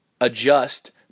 adjust